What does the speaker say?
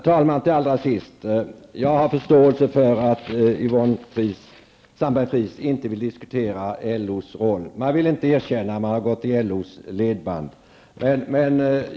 Herr talman! Jag har förståelse för att Yvonne Sandberg-Fries inte vill diskutera LOs roll i detta fall. Socialdemokraterna vill inte erkänna att de har gått i LOs ledband.